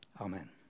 amen